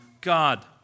God